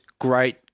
great